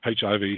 HIV